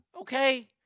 Okay